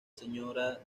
señora